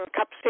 Cup